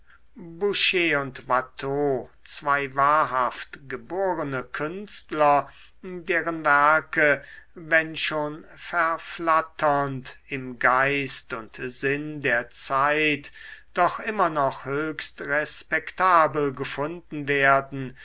und watteau zwei wahrhaft geborene künstler deren werke wenn schon verflatternd im geist und sinn der zeit doch immer noch höchst respektabel gefunden werden